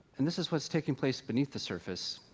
and this is what's taking place beneath the surface.